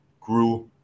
grew